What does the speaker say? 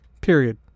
period